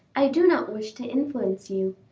i do not wish to influence you.